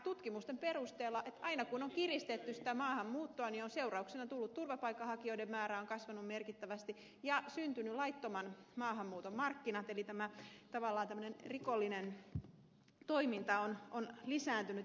tutkimusten perusteella aina kun on kiristetty maahanmuuttoa on seurauksena ollut että turvapaikanhakijoiden määrä on kasvanut merkittävästi ja on syntynyt laittoman maahanmuuton markkinat eli rikollinen toiminta on lisääntynyt